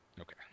Okay